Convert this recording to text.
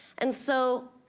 and so,